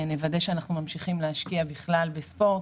צריך לוודא שאנחנו ממשיכים להשקיע בספורט,